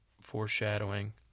Foreshadowing